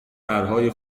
پرهای